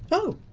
oh.